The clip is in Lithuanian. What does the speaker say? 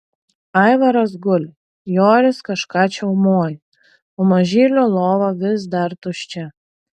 aivaras guli joris kažką čiaumoja o mažylio lova vis dar tuščia